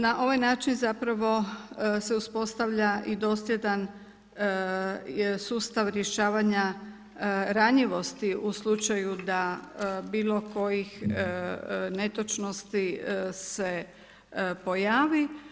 Na ovaj način zapravo se uspostavlja i dosljedan sustav rješavanja ranjivosti, u slučaju da bilo kojih netočnosti se pojavi.